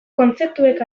kontzeptuek